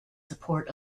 support